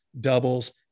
doubles